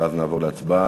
ואז נעבור להצבעה.